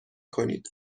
کنید